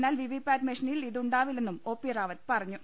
എന്നാൽ വിവിപാറ്റ് മെഷീനിൽ ഇത് ഉണ്ടാവില്ലെന്നും ഒ പി റാവത്ത് പറഞ്ഞു